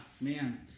man